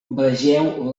vegeu